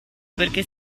perché